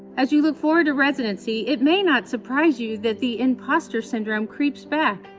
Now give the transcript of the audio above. as you look forward to residency, it may not surprise you that the imposter syndrome creeps back.